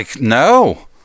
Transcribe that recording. no